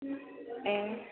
ए